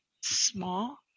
small